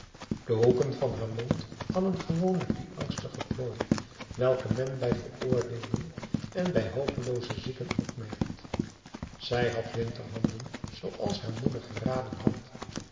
de hoeken van haar mond hadden gewoonlijk dien angstigen plooi welken men bij veroordeelden en bij hopelooze zieken opmerkt zij had winterhanden zooals haar moeder geraden had